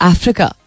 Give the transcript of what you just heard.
Africa